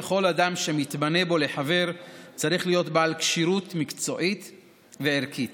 וכל אדם שמתמנה בו לחבר צריך להיות בעל כשירות מקצועית וערכית,